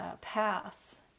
path